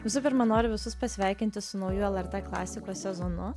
visų pirma noriu visus pasveikinti su nauju lrt klasikos sezonu